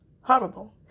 horrible